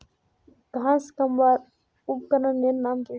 घांस कमवार उपकरनेर नाम की?